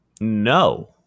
No